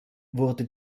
wurde